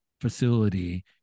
facility